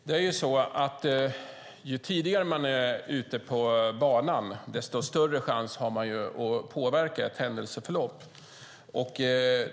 Fru talman! Ju tidigare man är ute på banan, desto större chans har man att påverka ett händelseförlopp.